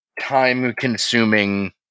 time-consuming